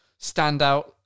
standout